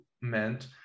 meant